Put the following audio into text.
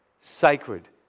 sacred